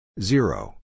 zero